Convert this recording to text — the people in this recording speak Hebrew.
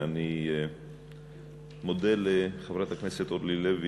ואני מודה לחברת הכנסת אורלי לוי,